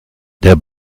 der